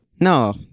No